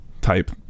type